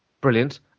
Brilliant